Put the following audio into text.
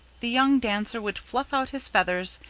the young dancer would fluff out his feathers,